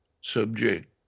subject